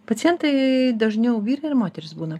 pacientai dažniau vyrai ar moterys būna